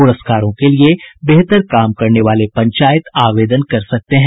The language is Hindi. पुरस्कारों के लिए बेहतर काम करने वाले पंचायत आवेदन कर सकते हैं